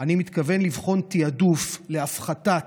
אני מתכוון לבחון תיעדוף להפחתת